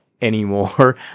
anymore